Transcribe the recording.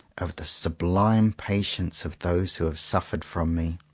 of the sub lime patience of those who have suffered from me.